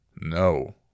no